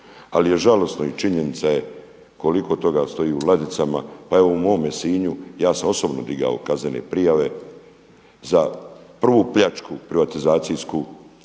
Ali je žalosno i činjenica je koliko toga stoji u ladicama. Pa evo i u mome Sinju ja sam osobno digao kaznene prijave za prvu pljačku privatizacijsku,